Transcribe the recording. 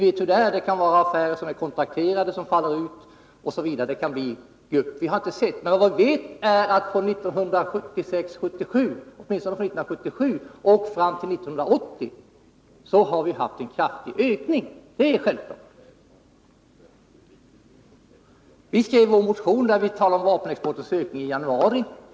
Det kan vara affärer som är kontrakterade som faller ut, osv. Vad vi vet är att från 1977 och fram till 1980 har det varit en kraftig ökning. Vi skrev vår motion, där vi talar om vapenexportens ökning, i januari.